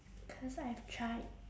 cause I've tried